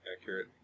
Accurate